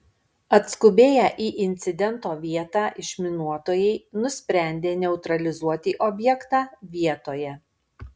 atskubėję į incidento vietą išminuotojai nusprendė neutralizuoti objektą vietoje